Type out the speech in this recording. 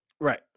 Right